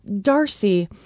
Darcy